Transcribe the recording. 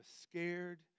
scared